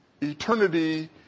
eternity